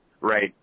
right